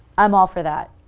i'm all for that.